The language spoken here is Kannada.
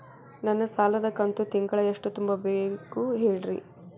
ನನ್ನ ಸಾಲದ ಕಂತು ತಿಂಗಳ ಎಷ್ಟ ತುಂಬಬೇಕು ಹೇಳ್ರಿ?